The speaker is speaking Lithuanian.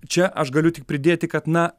čia aš galiu tik pridėti kad na